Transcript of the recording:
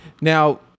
now